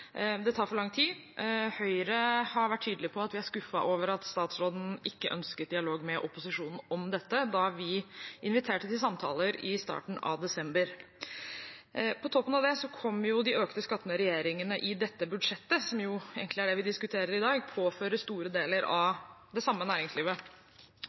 Det tar for lang tid. Høyre har vært tydelig på at vi er skuffet over at statsråden ikke ønsket dialog med opposisjonen om dette da vi inviterte til samtaler i starten av desember. På toppen av det kom de økte skattene som regjeringen i dette budsjettet – som er det vi egentlig diskuterer i dag – påfører store deler